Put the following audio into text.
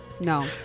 No